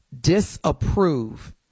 disapprove